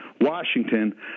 Washington